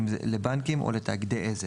לבנקים או לתאגידי עזר.